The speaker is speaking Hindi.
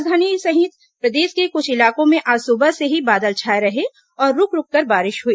राजधानी रायपुर सहित प्रदेश के कुछ इलाकों में आज सुबह से ही बादल छाए रहे और रूक रूककर बारिश हुई